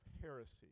heresy